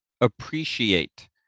appreciate